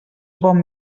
bon